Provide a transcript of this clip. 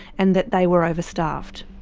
and that they were overstaffed.